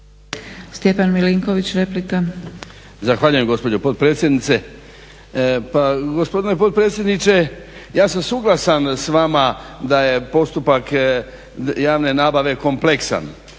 Stjepan (HDZ)** Zahvaljujem gospođo potpredsjednice. Pa gospodine potpredsjedniče, ja sam suglasan s vama da je postupak javne nabave kompleksan